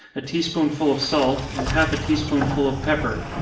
a tea-spoonful of salt, and half a tea-spoonful of pepper.